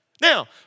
Now